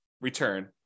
return